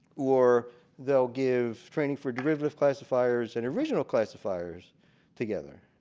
or they'll give training for derivative classifiers and original classifiers together.